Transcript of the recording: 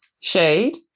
Shade